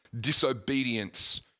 disobedience